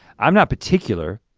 i'm not particular.